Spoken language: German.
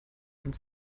sind